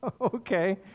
Okay